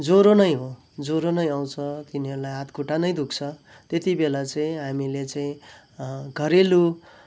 जोरो नै हो जोरो नै आउँछ तिनीहरूलाई हात खुट्टा नै दुख्छ त्यति बेला चाहिँ हामीले चाहिँ घरेलु